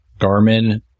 Garmin